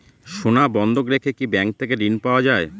সোনা বন্ধক রেখে কি ব্যাংক থেকে ঋণ পাওয়া য়ায়?